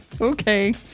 okay